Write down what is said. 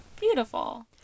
beautiful